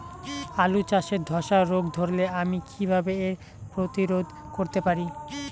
আলু চাষে ধসা রোগ ধরলে আমি কীভাবে এর প্রতিরোধ করতে পারি?